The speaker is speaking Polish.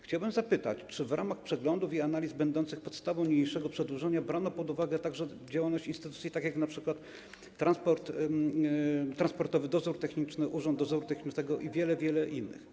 Chciałbym zapytać, czy w ramach przeglądów i analiz będących podstawą niniejszego przedłożenia brano pod uwagę także działalność takich instytucji jak np. Transportowy Dozór Techniczny, Urząd Dozoru Technicznego i wiele, wiele innych.